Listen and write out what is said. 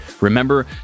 Remember